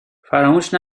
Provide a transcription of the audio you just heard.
فراموش